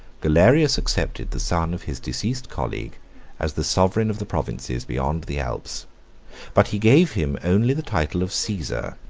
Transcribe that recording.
galerius accepted the son of his deceased colleague as the sovereign of the provinces beyond the alps but he gave him only the title of caesar,